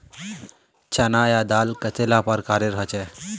चना या दाल कतेला प्रकारेर होचे?